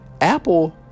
Apple